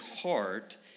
heart